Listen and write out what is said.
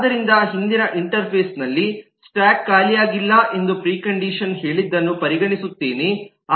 ಆದ್ದರಿಂದ ಹಿಂದಿನ ಇಂಟರ್ಫೇಸ್ ನಲ್ಲಿ ಸ್ಟಾಕ್ ಖಾಲಿಯಾಗಿಲ್ಲ ಎಂದು ಪ್ರಿಕಂಡಿಷನ್ ಹೇಳಿದ್ದನ್ನು ಪರಿಗಣಿಸುತ್ತದೆ